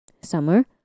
summer